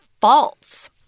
false